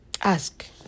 Ask